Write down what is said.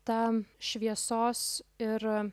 ta šviesos ir